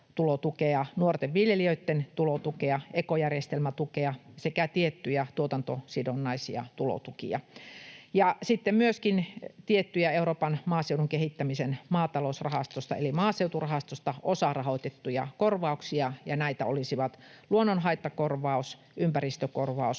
nuorten viljelijöitten tulotukea, ekojärjestelmätukea sekä tiettyjä tuotantosidonnaisia tulotukia ja sitten myöskin tiettyjä Euroopan maaseudun kehittämisen maatalousrahastosta eli maaseuturahastosta osarahoitettuja korvauksia, ja näitä olisivat luonnonhaittakorvaus, ympäristökorvaus,